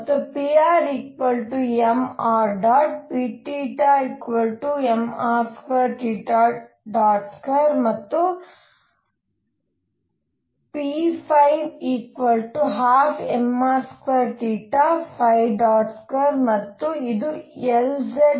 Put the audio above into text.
ಮತ್ತು prmr pmr22ಮತ್ತು p12mr22 ಮತ್ತು ಇದು Lz